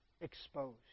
exposed